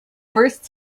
first